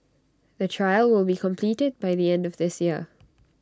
the trial will be completed by the end of this year